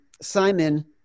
Simon